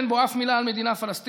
אין בו אף מילה על מדינה פלסטינית,